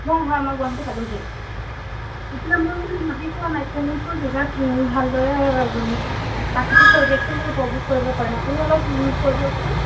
মই হয় মই গুৱাহাটী পালোঁহি এতিয়া মই মানে ভাবি পোৱা নাই কোনটো জেগাত ভালদৰে প্ৰাকৃতিক পৰিৱেশটো মই উপভোগ কৰিব পাৰিম আপুনি অলপ কৈ দিয়কচোন